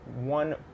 one